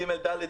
ג', ד'?